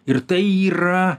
ir tai yra